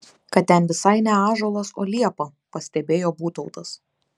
kad ten visai ne ąžuolas o liepa pastebėjo būtautas